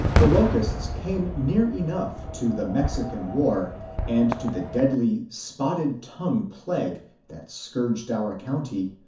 the locusts came near enough to the mexican war and to the deadly spotted tongue plague that scourged our county,